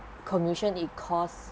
commotion it caused